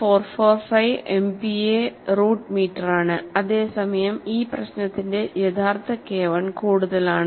445 MPa root മീറ്ററാണ് അതേസമയം ഈ പ്രശ്നത്തിന്റെ യഥാർത്ഥ K I കൂടുതലാണ്